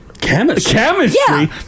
chemistry